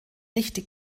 richtig